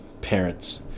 parents